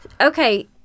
Okay